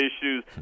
issues